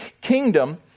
kingdom